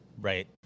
Right